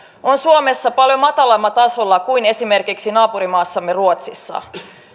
on suomessa paljon matalammalla tasolla kuin esimerkiksi naapurimaassamme ruotsissa